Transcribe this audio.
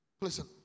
Listen